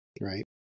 right